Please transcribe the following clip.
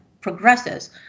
progresses